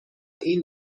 این